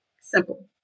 Simple